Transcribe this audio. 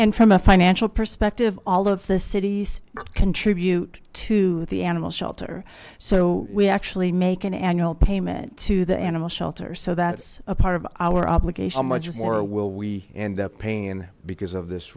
and from a financial perspective all of the cities contribute to the animal shelter so we actually make an annual payment to the animal shelter so that's a part of our obligation much more will we and that pain because of this